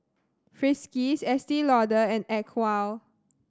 Friskies Estee Lauder and Acwell